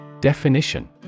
Definition